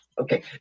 okay